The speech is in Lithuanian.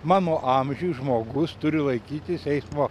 mano amžiuj žmogus turi laikytis eismo